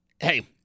hey